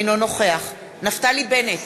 אינו נוכח נפתלי בנט,